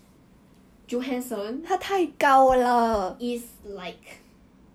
then I'm just like err then after that derrick was like err sorry bro this one my seat